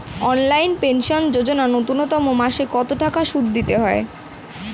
অটল pension Yojana ন্যূনতম মাসে কত টাকা সুধ দিতে হয়?